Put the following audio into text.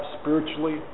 spiritually